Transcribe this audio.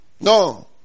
No